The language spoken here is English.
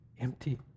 empty